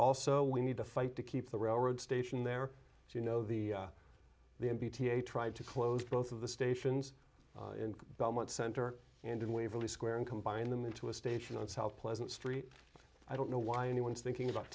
also we need to fight to keep the railroad station there you know the the m b t a tried to close both of the stations in belmont center and in waverly square and combine them into a station on south pleasant street i don't know why anyone is thinking about